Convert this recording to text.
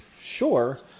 sure